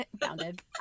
bounded